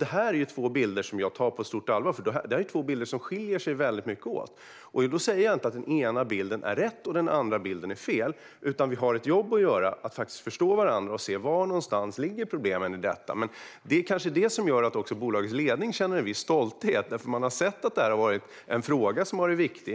Det är två bilder jag tar på stort allvar, för det är två bilder som skiljer sig väldigt mycket åt. Då säger jag inte att den ena bilden är rätt och att den andra är fel, utan vi har ett jobb att göra för att faktiskt förstå varandra och se var någonstans problemen ligger i detta. Det kanske är det som gör att bolagens ledning känner en viss stolthet, för man har sett att det är en fråga som har varit viktig.